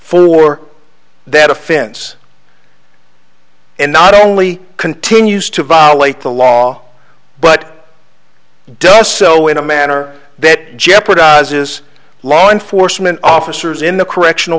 for that offense and not only continues to violate the law but does so in a manner that jeopardizes law enforcement officers in the correctional